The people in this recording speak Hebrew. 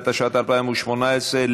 התשע"ט 2018,